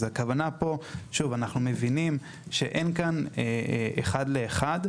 אז אנחנו מבינים שאין כאן אחד לאחד.